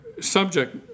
subject